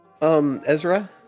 Ezra